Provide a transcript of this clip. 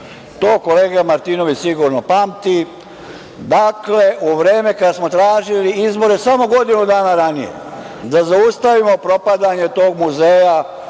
To kolega Martinović sigurno pamti. Dakle, u vreme kada smo tražili izbore samo godinu dana ranije da zaustavimo propadanje tog muzeja